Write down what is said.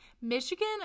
Michigan